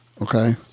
okay